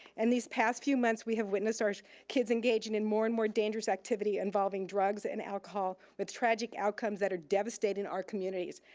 and these past few months we have witnessed our kids engaging in more and more dangerous activity involving drugs and alcohol with tragic outcomes that are devastating our communities.